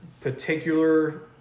particular